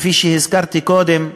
כפי שהזכרתי קודם,